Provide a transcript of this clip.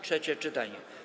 Trzecie czytanie.